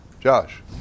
Josh